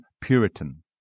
Puritan